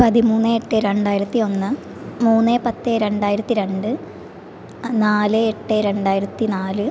പതിമൂന്ന് എട്ട് രണ്ടായിരത്തി ഒന്ന് മൂന്ന് പത്ത് രണ്ടായിരത്തി രണ്ട് നാല് എട്ട് രണ്ടായിരത്തി നാല്